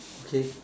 okay